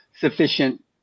sufficient